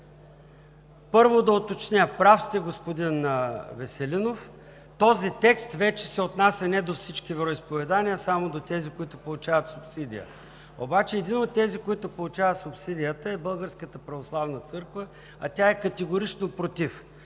Първо, да уточня – прав сте господин Веселинов, този текст вече се отнася не до всички вероизповедания, а само до тези, които получават субсидия. Едно от тези, които получават субсидията, е Българската православна църква, а тя е категорично против.